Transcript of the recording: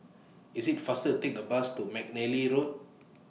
IT IS faster Take A Bus to Mcnally Road